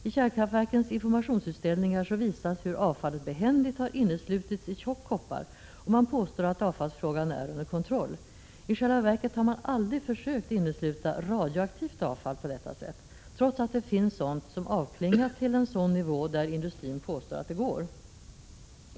I kärnkraftverkens informationsutställningar visas hur avfallet behändigt har inneslutits i tjock koppar, och man påstår att avfallsfrågan är under kontroll. I själva verket har man aldrig försökt innesluta radioaktivt avfall på detta sätt, trots att det finns sådant som avklingat till en nivå där industrin påstår att det går.